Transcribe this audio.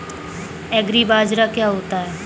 एग्रीबाजार क्या होता है?